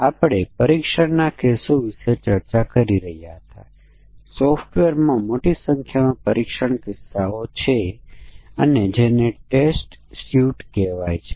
અને આપણે અગ્રણી બ્લેક બોક્સ પરીક્ષણ વ્યૂહરચના તરફ ધ્યાન આપ્યું જે સમકક્ષ વર્ગ પાર્ટીશન છે